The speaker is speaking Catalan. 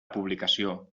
publicació